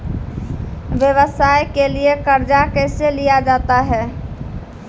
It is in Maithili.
व्यवसाय के लिए कर्जा कैसे लिया जाता हैं?